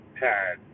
pad